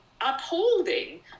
upholding